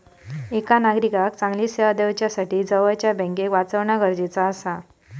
एका नागरिकाक चांगली सेवा दिवच्यासाठी जवळच्या बँकेक वाचवणा गरजेचा आसा